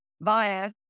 via